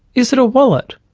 is it a wallet?